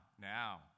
now